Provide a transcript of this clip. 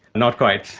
not quite,